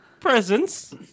presents